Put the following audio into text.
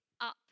up